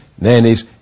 nannies